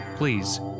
please